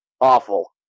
awful